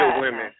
women